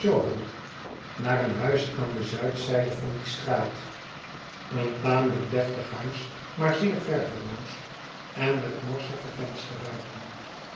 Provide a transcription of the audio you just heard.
naar een huis aan de zuidzijde van die straat een tamely k deftig huis maar zeerverveloos en met morsige